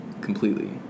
completely